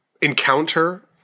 encounter